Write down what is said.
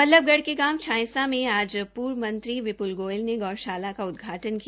बल्लभगढ़ के गांव छायसा मे आ पूर्व मंत्री विपूल गोयल ने गौशाला का उद्घाटन किया